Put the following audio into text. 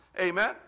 amen